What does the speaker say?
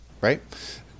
Right